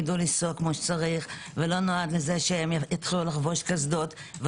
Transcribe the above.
יידעו לנסוע כמו שצריך או שהם יתחילו לחבוש קסדות או